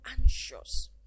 anxious